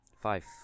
Five